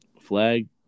Flag